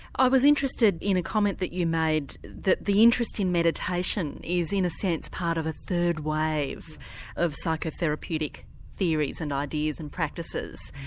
i was interested in a comment that you made that the interest in meditation is in a sense part of a third wave of psychotherapeutic theories and ideas and practices.